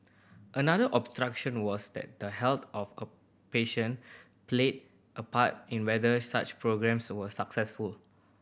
another was that the health of a patient played a part in whether such programmes were successful